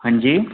हाँ जी